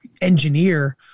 engineer